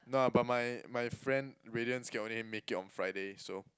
no lah but my my friend Raydians can only make it on Friday so